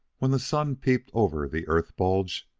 when the sun peeped over the earth-bulge,